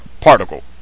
particle